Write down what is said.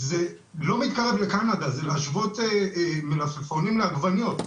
זה לא מתקרב לקנדה, זה להשוות מלפפונים לעגבניות.